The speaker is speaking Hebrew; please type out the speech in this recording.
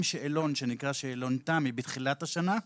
שאלון שנקרא שאלון תמ"י בתחילת השנה,